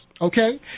okay